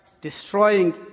destroying